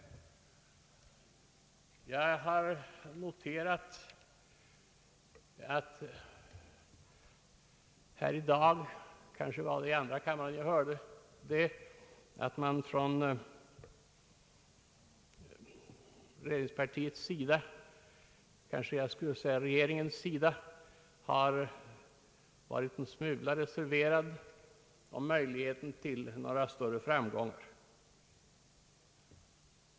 Jag har noterat att man här i dag — kanske var det i andra kammaren jag hörde det — på regeringens sida har varit en smula reserverad i fråga om möjligheterna till några större framgångar.